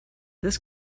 this